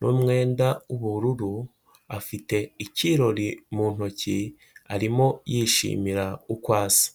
n'umwenda w'ubururu, afite ikirori mu ntoki arimo yishimira uko asa.